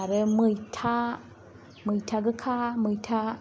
आरो मैथा मैथा गोखा मैथा